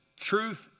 truth